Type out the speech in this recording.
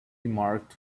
marked